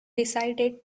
decided